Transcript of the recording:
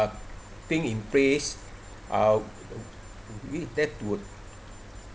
thing in place uh with that would